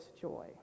joy